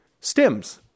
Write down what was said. stems